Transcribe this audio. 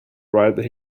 right